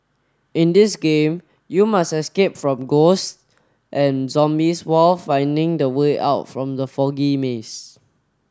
in this game you must escape from ghosts and zombies while finding the way out from the foggy maze